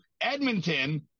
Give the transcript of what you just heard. Edmonton